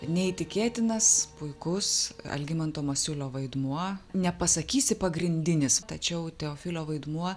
neįtikėtinas puikus algimanto masiulio vaidmuo nepasakysi pagrindinis tačiau teofilio vaidmuo